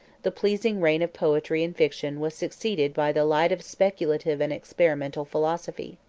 the pleasing reign of poetry and fiction was succeeded by the light of speculative and experimental philosophy.